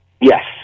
Yes